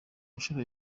nshuro